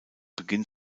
beginn